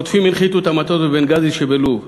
החוטפים הנחיתו את המטוס בבנגאזי שבלוב.